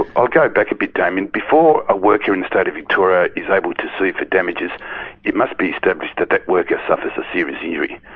i'll go back a bit, damien. before a worker in the state of victoria is able to sue for damages it must be established that that worker suffers a serious injury.